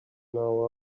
now